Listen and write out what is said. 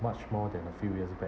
much more than a few years back